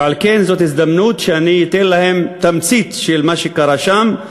ועל כן זאת הזדמנות שאני אתן להם תמצית של מה שקרה שם,